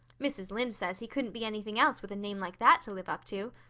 mrs. lynde says he couldn't be anything else with a name like that to live up to.